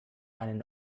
einen